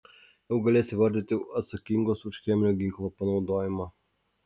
jau galės įvardyti atsakingus už cheminio ginklo panaudojimą